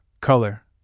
color